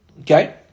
Okay